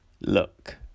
look